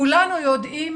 כולנו יודעים